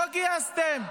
לא גייסתם.